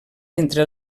entre